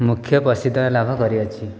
ମୁଖ୍ୟ ପ୍ରସିଦ୍ଧ ଲାଭ କରିଅଛି